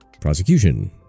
prosecution